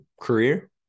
career